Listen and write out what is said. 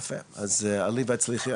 יפה, אז עלי והצליחי.